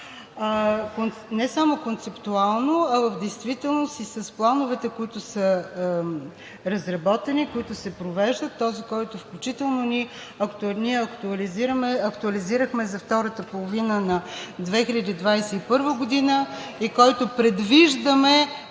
не само концептуално, а в действителност и с плановете, които са разработени, които се провеждат, този, който включително ние актуализирахме за втората половина на 2021 г. и предвиждаме